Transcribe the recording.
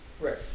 Right